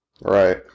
Right